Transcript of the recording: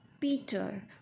Peter